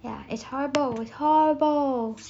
ya it's horrible horrible